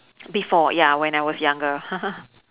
before ya when I was younger